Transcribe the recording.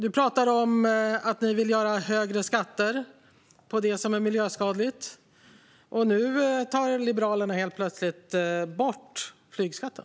Du talar om att ni vill ha högre skatter på det som är miljöskadligt, men nu tar Liberalerna helt plötsligt bort flygskatten.